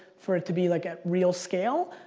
for it to be like a real scale,